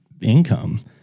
income